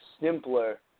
simpler